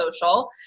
Social